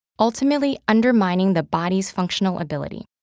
ultimately undermining the body's functional ability.